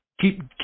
keep